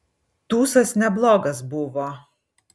tūsas neblogas buvo